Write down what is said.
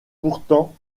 pourtant